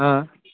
ஆ